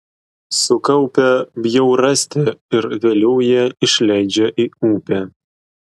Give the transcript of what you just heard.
sukaupia bjaurastį ir vėliau ją išleidžia į upę